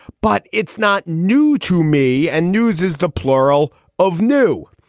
but it's not new to me. and news is the plural of new.